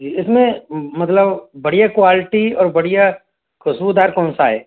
इसमें मतलब बढ़िया क्वालिटी और बढ़िया खुशबूदार कौन सा है